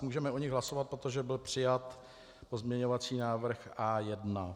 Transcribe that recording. Můžeme o nich hlasovat, protože byl přijat pozměňovací návrh A1.